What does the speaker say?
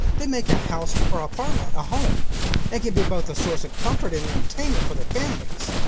they make a house or apartment a home and can be both a source of comfort and entertainment for their families.